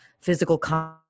physical